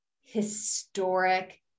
historic